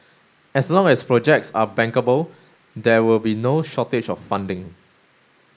as long as projects are bankable there will be no shortage of funding